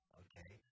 okay